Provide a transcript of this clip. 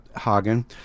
Hagen